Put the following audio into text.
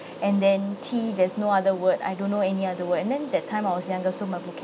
and then T there's no other word I don't know any other word and then that time I was younger so my